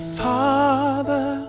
father